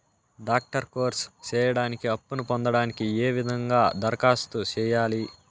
Doctor course సేయడానికి అప్పును పొందడానికి ఏ విధంగా దరఖాస్తు సేయాలి?